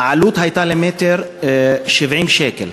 העלות למטר הייתה 70 שקל,